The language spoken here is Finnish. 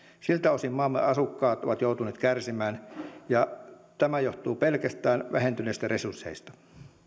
siltä osin maamme asukkaat ovat joutuneet kärsimään ja tämä johtuu pelkästään vähentyneistä resursseista